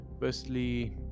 Firstly